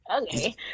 okay